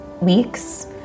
weeks